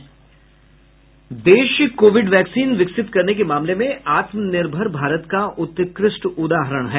देश Covid vaccine विकसित करने के मामले में आत्मनिर्भर भारत का उत्कृष्ट उदाहरण है